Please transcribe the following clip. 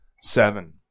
seven